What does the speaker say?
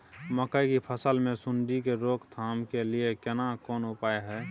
मकई की फसल मे सुंडी के रोक थाम के लिये केना कोन उपाय हय?